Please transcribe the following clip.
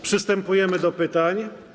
Przystępujemy do pytań.